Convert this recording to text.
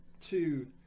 two